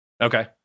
Okay